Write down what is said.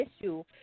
issue